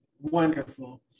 Wonderful